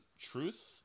truth